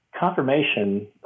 Confirmation